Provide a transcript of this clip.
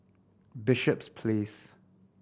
Bishops Place